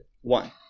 One